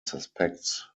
suspects